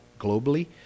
globally